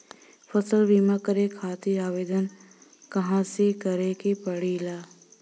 फसल बीमा करे खातिर आवेदन कहाँसे करे के पड़ेला?